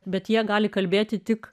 bet jie gali kalbėti tik